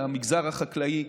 למגזר החקלאי,